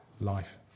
life